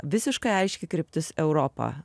visiškai aiški kryptis europa